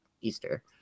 Easter